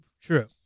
True